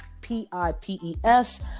p-i-p-e-s